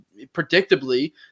predictably